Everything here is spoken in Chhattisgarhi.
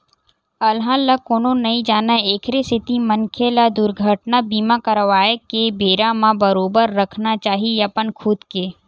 अलहन ल कोनो नइ जानय एखरे सेती मनखे ल दुरघटना बीमा करवाके बेरा म बरोबर रखना चाही अपन खुद के